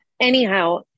Anyhow